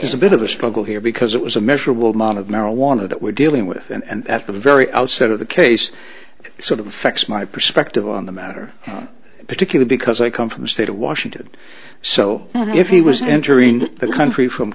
is a bit of a struggle here because it was a measurable amount of marijuana that we're dealing with and at the very outset of the case sort of affects my perspective on the matter particular because i come from the state of washington so if he was entering the country from